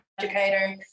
educator